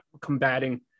combating